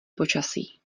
počasí